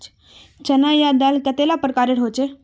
चना या दाल कतेला प्रकारेर होचे?